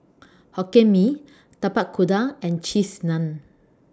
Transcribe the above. Hokkien Mee Tapak Kuda and Cheese Naan